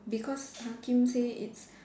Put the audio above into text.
because Hakim say it's